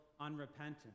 unrepentant